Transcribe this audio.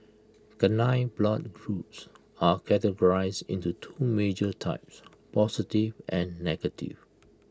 canine blood groups are categorised into two major types positive and negative